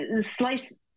slice